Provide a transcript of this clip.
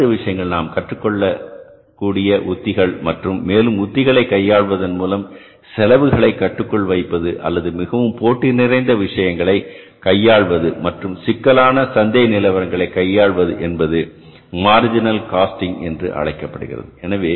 இனி அடுத்த விஷயங்கள் நாம் கற்றுக் கொள்ளக்கூடிய உத்திகள் மற்றும் மேலும் உத்திகளை கையாள்வதன் மூலம் செலவுகளை கட்டுக்குள் வைப்பது அல்லது மிகவும் போட்டி நிறைந்த விஷயங்களை கையாள்வது மற்றும் சிக்கலான சந்தை நிலவரங்களை கையாள்வது என்பது மார்ஜினல் காஸ்டிங் என்று அழைக்கப்படுகிறது